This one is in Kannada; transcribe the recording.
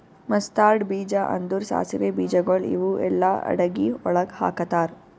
ಮಸ್ತಾರ್ಡ್ ಬೀಜ ಅಂದುರ್ ಸಾಸಿವೆ ಬೀಜಗೊಳ್ ಇವು ಎಲ್ಲಾ ಅಡಗಿ ಒಳಗ್ ಹಾಕತಾರ್